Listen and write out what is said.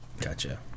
Gotcha